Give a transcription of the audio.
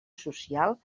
social